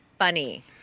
funny